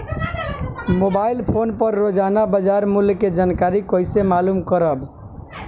Mobile phone पर रोजाना बाजार मूल्य के जानकारी कइसे मालूम करब?